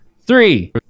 Three